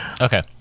Okay